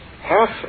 half